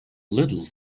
little